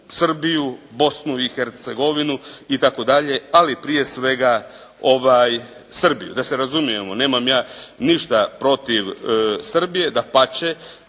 Srbiju, Bosnu i Hercegovinu, itd.. Ali prije svega ovaj Srbiju, da se razumijemo, nemam ja ništa protiv Srbije, dapače,